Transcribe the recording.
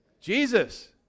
Jesus